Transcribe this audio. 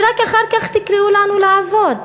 ורק אחר כך תקראו לנו לעבודה.